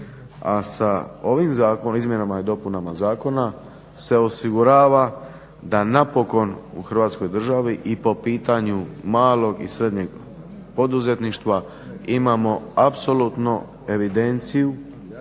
a sa ovim izmjenama i dopunama zakona se osigurava da napokon u Hrvatskoj državi i po pitanju malog i srednjeg poduzetništva imamo apsolutno evidenciju